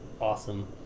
awesome